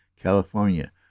California